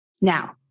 Now